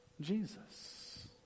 Jesus